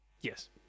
Yes